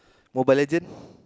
Mobile-Legend